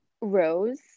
Rose